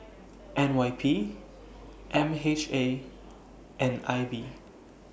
N Y P M H A and I B